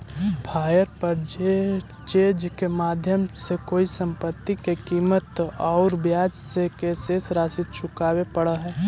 hire purchase के माध्यम से कोई संपत्ति के कीमत औउर ब्याज के शेष राशि चुकावे पड़ऽ हई